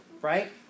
Right